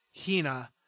Hina